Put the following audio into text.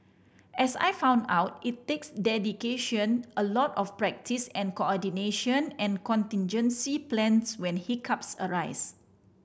as I found out it takes dedication a lot of practice and coordination and contingency plans when hiccups arise